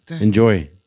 Enjoy